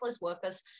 workers